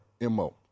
MO